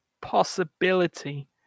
possibility